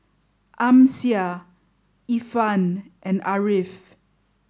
Amsyar Irfan and Ariff